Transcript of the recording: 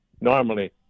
normally